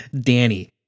Danny